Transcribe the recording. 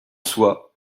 soit